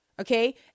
Okay